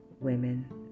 women